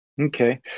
Okay